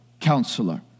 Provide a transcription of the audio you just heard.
Counselor